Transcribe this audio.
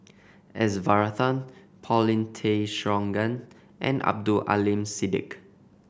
S Varathan Paulin Tay Straughan and Abdul Aleem Siddique